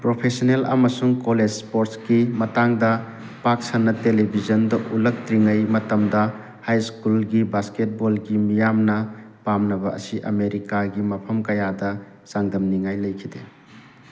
professional ꯑꯃꯁꯨꯡ college ꯏꯁꯄꯣꯔꯠꯁꯀꯤ ꯃꯇꯥꯡꯗ ꯄꯥꯛ ꯁꯟꯅ ꯇꯦꯂꯤꯕꯤꯖꯟꯗ ꯎꯠꯂꯛꯇ꯭ꯔꯤꯉꯩ ꯃꯇꯝꯗ ꯍꯥꯏ ꯁ꯭ꯀꯨꯜꯒꯤ ꯕꯥꯁꯀꯦꯠ ꯕꯣꯜꯒꯤ ꯃꯤꯌꯥꯝꯅ ꯄꯥꯝꯅꯕ ꯑꯁꯤ ꯑꯥꯃꯦꯔꯤꯀꯥꯒꯤ ꯃꯐꯝ ꯀꯌꯥꯗ ꯆꯥꯡꯗꯝꯅꯤꯡꯉꯥꯏ ꯂꯩꯈꯤꯗꯦ